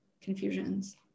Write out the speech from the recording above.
confusions